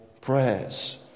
prayers